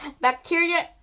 bacteria